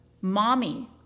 Mommy